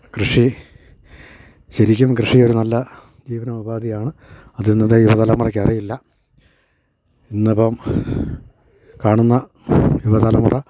കൃഷി ശരിക്കും കൃഷിയൊരു നല്ല ജീവനോപാധിയാണ് അത് ഇന്നത്തെ യുവതലമുറക്ക് അറിയില്ല ഇന്നിപ്പം കാണുന്ന യുവതലമുറ